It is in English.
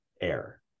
air